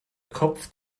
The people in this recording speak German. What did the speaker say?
kopf